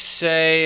say